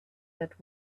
that